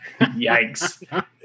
Yikes